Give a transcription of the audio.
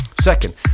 Second